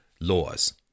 laws